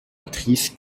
actrices